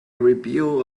review